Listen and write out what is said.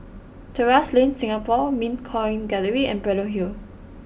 Terrasse Lane Singapore Mint Coin Gallery and Braddell Hill